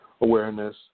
awareness